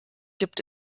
gibt